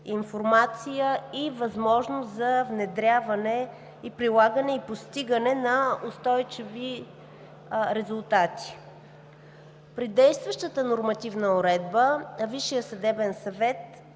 информация и възможност за внедряване, прилагане и постигане на устойчиви резултати. При действащата нормативна уредба Висшият съдебен съвет